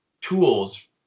tools